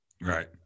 Right